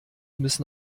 müssen